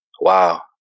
Wow